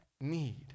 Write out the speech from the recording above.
need